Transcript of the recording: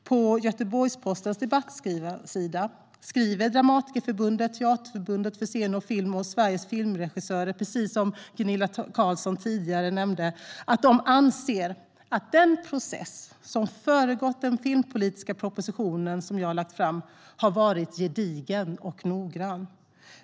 På Göteborgs-Postens debattsida i dag skriver Dramatikerförbundet, Teaterförbundet för scen och film och Sveriges Filmregissörer, precis som Gunilla Carlsson tidigare nämnde, att de anser att den process som föregått den filmpolitiska proposition som jag har lagt fram har varit gedigen och noggrann.